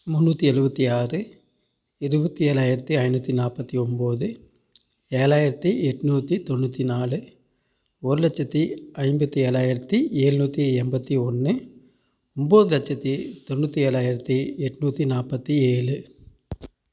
முன்னூற்றி எழுவத்தி ஆறு இருபத்தி ஏழாயிரத்தி ஐநூற்றி நாற்பத்தி ஒம்பது ஏழாயிரத்தி எட்நூற்றி தொண்ணூற்றி நாலு ஒரு லட்சத்து ஐம்பத்து ஏழாயிரத்தி எழுநூத்தி எண்பத்து ஒன்று ஒம்பது லட்சத்து தொண்ணூற்றி ஏழாயிரத்தி எட்நூற்றி நாற்பத்தி ஏழு